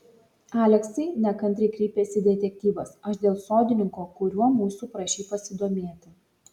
aleksai nekantriai kreipėsi detektyvas aš dėl sodininko kuriuo mūsų prašei pasidomėti